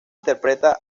interpreta